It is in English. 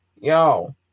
Yo